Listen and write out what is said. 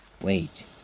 Wait